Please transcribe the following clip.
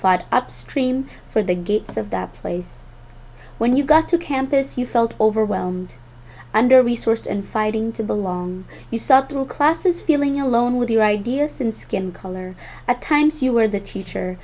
fired up stream for the gates of that place when you got to campus you felt overwhelmed under resourced and fighting to belong you subtle classes feeling alone with your ideas and skin color at times you were the teacher